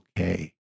okay